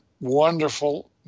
wonderful